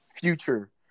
future